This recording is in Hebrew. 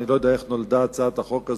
אני לא יודע איך נולדה הצעת החוק הזאת,